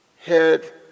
head